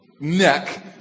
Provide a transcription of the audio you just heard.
neck